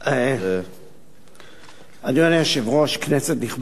אדוני היושב-ראש, כנסת נכבדה,